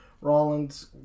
Rollins